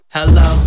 Hello